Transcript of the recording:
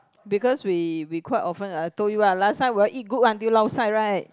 because we we quite often I told you right last time we eat goodwood eat until lao sai right